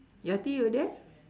yati you there